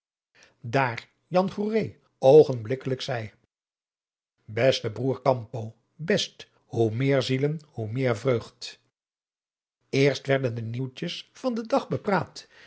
goeree oogenblikkelijk zeî best broer campo best hoe meer zielen hoe meer vreugd eerst werden de nieuwtjes van den dag bepraat